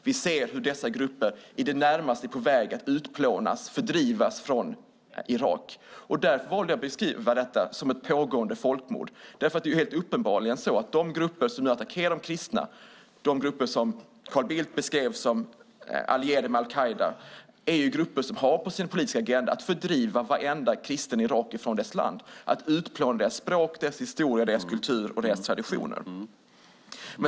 Vi ser hur dessa grupper i det närmaste är på väg att utplånas och fördrivas från Irak. Därför valde jag att beskriva detta som ett pågående folkmord. Det är helt uppenbart att de grupper som nu attackerar de kristna, de grupper som Carl Bildt beskrev som allierade med al-Qaida, är grupper som har på sin politiska agenda att fördriva varenda kristen irakier från landet, att utplåna deras språk, historia, kultur och traditioner.